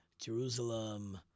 Jerusalem